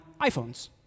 iPhones